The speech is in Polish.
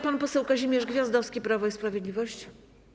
Pan poseł Kazimierz Gwiazdowski, Prawo i Sprawiedliwość.